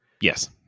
Yes